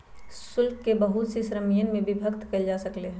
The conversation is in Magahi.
शुल्क के बहुत सी श्रीणिय में विभक्त कइल जा सकले है